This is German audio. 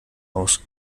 aus